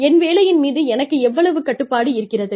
என் வேலையின் மீது எனக்கு எவ்வளவு கட்டுப்பாடு இருக்கிறது